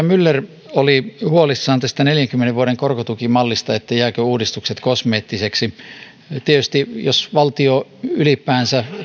myller oli huolissaan tästä neljänkymmenen vuoden korkotukimallista jäävätkö uudistukset kosmeettisiksi tietysti jos valtio ylipäänsä